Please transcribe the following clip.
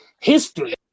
history